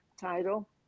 title